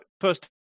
first